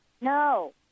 No